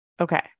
Okay